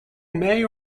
may